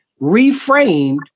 reframed